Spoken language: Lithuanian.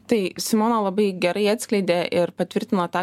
tai simona labai gerai atskleidė ir patvirtino tą